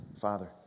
Father